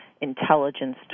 intelligence